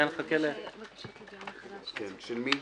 --- של מי?